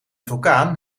vulkaan